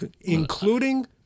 including